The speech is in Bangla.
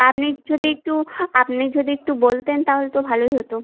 আপনি যদি একটু আপনি যদি একটু বলতেন তাহলে তো ভালোই হতো